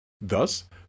Thus